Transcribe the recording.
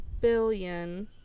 Billion